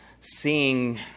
seeing